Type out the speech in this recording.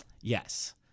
Yes